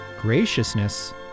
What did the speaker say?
graciousness